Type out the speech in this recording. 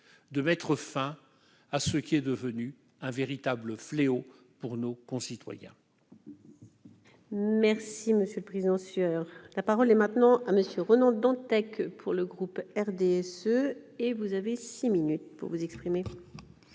de mettre fin à ce qui est devenu un véritable fléau pour nos concitoyens.